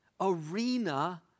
arena